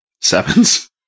sevens